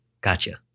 Gotcha